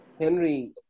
Henry